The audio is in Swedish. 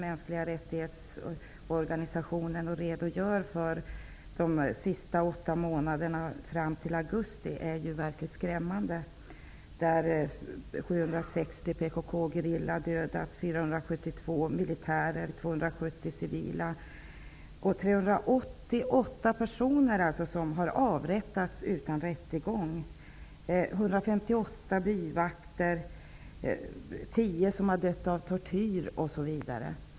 Mänskliga rättighetsorganisationens redogörelse för de senaste åtta månaderna fram till augusti är verkligt skrämmande. 760 medlemmar av PKK-gerillan, 472 militärer och 270 civila har dödats. 388 personer har avrättats utan rättegång. 158 byvakter har dödats, varav 10 har dött av tortyr.